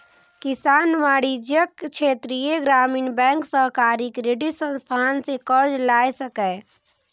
किसान वाणिज्यिक, क्षेत्रीय ग्रामीण बैंक, सहकारी क्रेडिट संस्थान सं कर्ज लए सकैए